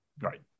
Right